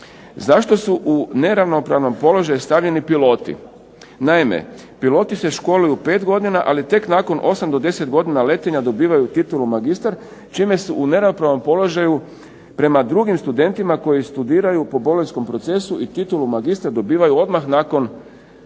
zašto su u neravnopravan položaj stavljeni piloti? Naime, piloti se školuju 5 godina, ali tek nakon 8 do 10 godina letenja dobivaju titulu magistar, čime su u neravnopravnom položaju prema drugim studentima koji studiraju po bolonjskom procesu, i titulu magistar dobivaju odmah nakon